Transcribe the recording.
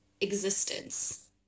existence